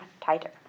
tighter